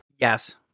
Yes